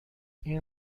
این